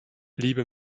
liebe